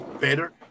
better